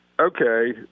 okay